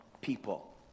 people